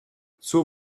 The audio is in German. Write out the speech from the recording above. zur